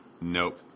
nope